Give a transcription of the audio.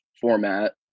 format